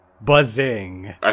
Buzzing